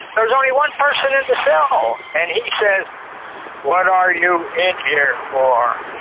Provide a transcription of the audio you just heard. there is only one person in the cell and he says what are you in here for.